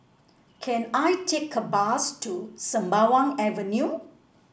can I take a bus to Sembawang Avenue